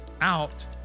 out